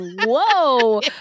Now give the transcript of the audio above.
whoa